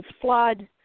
flood